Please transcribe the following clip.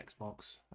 Xbox